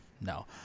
no